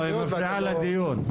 לא, היא מפריעה לדיון.